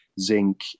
zinc